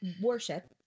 worship